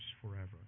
forever